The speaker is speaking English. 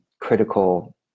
critical